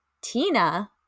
Tina